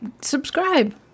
subscribe